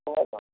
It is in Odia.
ହଉ ହଉ